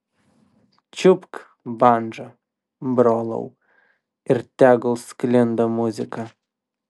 čiupk bandžą brolau ir tegul sklinda muzika